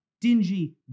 dingy